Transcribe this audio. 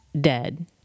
dead